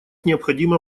необходимо